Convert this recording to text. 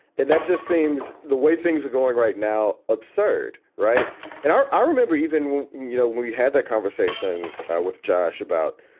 and that just seems the way things are going right now. absurd. right and i ah remember even, you know, when we had that conversation with josh about,